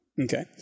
Okay